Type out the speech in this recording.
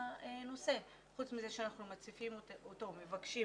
חוץ מזה שאנחנו מציפים אותו, מבקשים